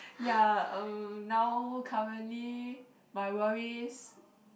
ya uh now currently my worries